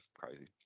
crazy